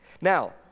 Now